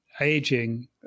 aging